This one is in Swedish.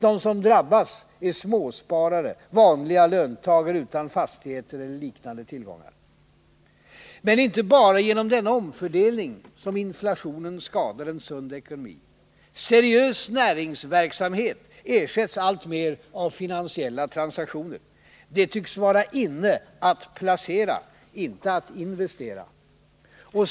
De som drabbas är småsparare, vanliga löntagare utan fastigheter eller andra liknande tillgångar. Men det är inte bara genom denna omfördelning som inflationen skadar en sund ekonomi. Seriös näringsverksamhet ersätts alltmer av finansiella transaktioner. Det tycks vara inne att placera, inte att investera.